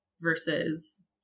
versus